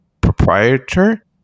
Proprietor